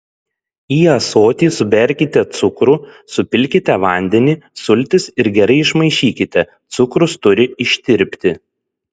į ąsotį suberkite cukrų supilkite vandenį sultis ir gerai išmaišykite cukrus turi ištirpti